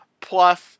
plus